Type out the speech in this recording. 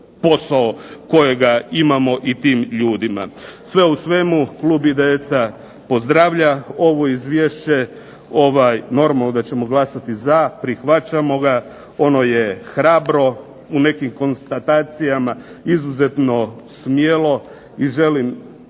posao kojega imamo i tim ljudima. Sve u svemu, klub IDS-a pozdravlja ovo izvješće, normalno da ćemo glasati za, prihvaćamo ga, ono je hrabro, u nekim konstatacijama izuzetno smjelo i želim